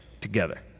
together